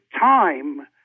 time